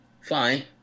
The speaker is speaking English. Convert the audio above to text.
fine